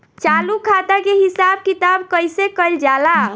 चालू खाता के हिसाब किताब कइसे कइल जाला?